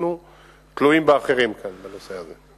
אנחנו תלויים באחרים כרגע בנושא הזה.